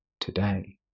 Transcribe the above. today